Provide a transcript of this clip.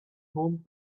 home